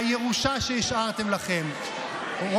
בירושה שהשארתם לנו.